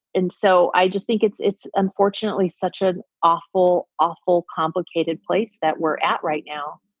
and so i just think it's it's unfortunately such an awful, awful complicated place that we're at right now.